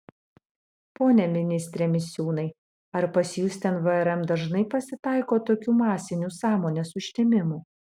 pone ministre misiūnai ar pas jus ten vrm dažnai pasitaiko tokių masinių sąmonės užtemimų